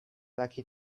lucky